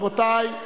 רוצים שמית.